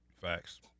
Facts